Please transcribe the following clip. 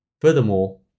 Furthermore